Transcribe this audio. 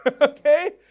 okay